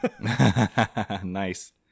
Nice